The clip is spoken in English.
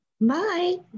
Bye